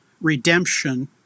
redemption